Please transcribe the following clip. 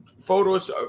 photos